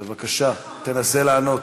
בבקשה, תנסה לענות.